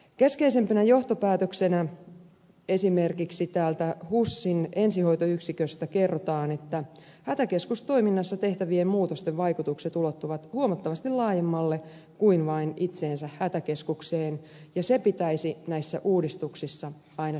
keskeisimpänä johtopäätöksenä esimerkiksi täältä husin ensihoitoyksiköstä kerrotaan että hätäkeskustoiminnassa tehtävien muutosten vaikutukset ulottuvat huomattavasti laajemmalle kuin vain hätäkeskukseen itseensä ja se pitäisi näissä uudistuksissa aina selkeästi muistaa